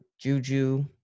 Juju